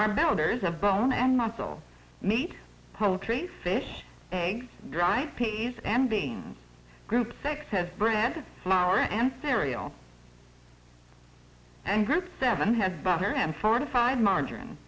are builders of bone and muscle meat poultry fish eggs dried peas and beans group sex has bread flour and cereal and group seven has butter and fortified margarine